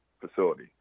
facility